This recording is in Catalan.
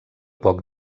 poc